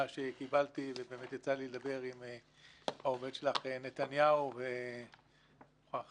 שקיבלתי יצא לי לדבר עם העובד שלך נתניהו ואני מוכרח